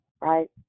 right